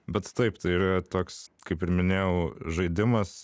bet taip tai yra toks kaip ir minėjau žaidimas